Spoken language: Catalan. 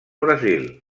brasil